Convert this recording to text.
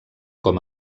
com